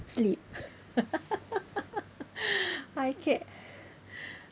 sleep I can